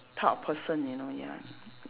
type of person you know ya